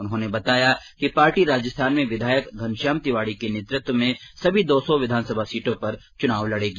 उन्होनें बताया कि पार्टी राजस्थान में विधायक धनश्याम तिवाडी के नेतृत्व में सभी दो सौ विधानसभा सीटों पर चुनाव लडेगी